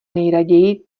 nejraději